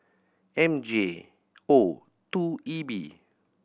M J O two E B